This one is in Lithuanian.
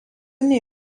nei